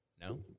No